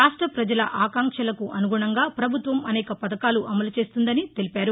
రాష్ట పజల ఆకాంక్షలకు అనుగుణంగా పభుత్వం అనేక పథకాలు అమలు చేస్తుందని తెలిపారు